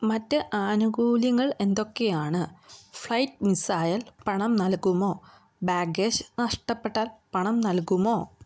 മറ്റ് ആനുകൂല്യങ്ങൾ എന്തൊക്കെയാണ് ഫ്ലൈറ്റ് മിസ് ആയാൽ പണം നൽകുമോ ബാഗേജ് നഷ്ടപ്പെട്ടാൽ പണം നൽകുമോ